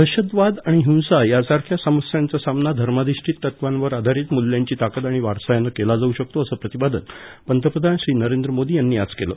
दहशतवाद आणि हिंसा यासारख्या समस्यांचा सामना धर्माधिष्ठीत तत्वांवर आधारित मूल्यांची ताकद आणि वारसा यानं केला जाऊ शकतो असं प्रतिपादन पंतप्रधान श्री नरेंद्र मोदी यांनी आज केलं